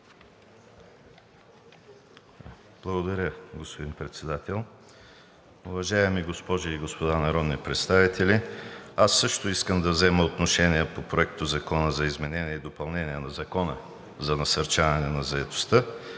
Благодаря, господин Председател. Уважаеми госпожи и господа народни представители! Също искам да взема отношение по Проектозакона за изменение и допълнение на Закона за насърчаване на заетостта,